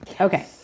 Okay